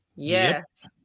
Yes